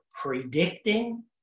predicting